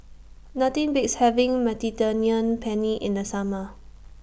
Nothing Beats having Mediterranean Penne in The Summer